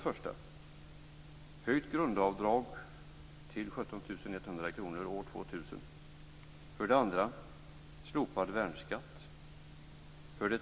Fru talman!